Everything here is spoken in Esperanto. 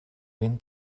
vin